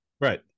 Right